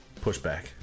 pushback